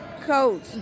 coach